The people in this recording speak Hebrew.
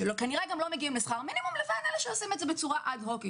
שכנראה לא מגיעים לשכר מינימום למול אלה שעושים זאת אד הוק.